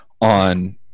on